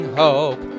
hope